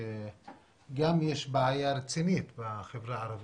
שגם יש בעיה רצינית בחברה הערבית.